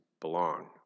belong